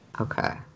Okay